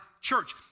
church